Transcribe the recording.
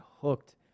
hooked